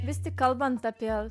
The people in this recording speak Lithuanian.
vis tik kalbant apie